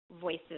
Voices